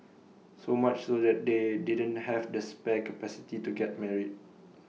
so much so that they didn't have the spare capacity to get married